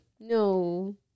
No